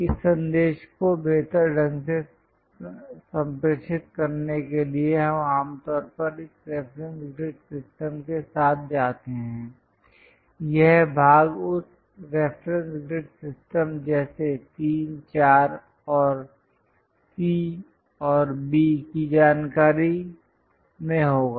इस संदेश को बेहतर ढंग से संप्रेषित करने के लिए हम आमतौर पर इस रेफरेंस ग्रिड सिस्टम के साथ जाते हैं यह भाग उस रेफरेंस ग्रिड सिस्टम जैसे 3 4 और C और B की जानकारी में होगा